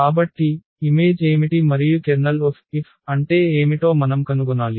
కాబట్టి ఇమేజ్ ఏమిటి మరియు Ker అంటే ఏమిటో మనం కనుగొనాలి